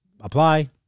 Apply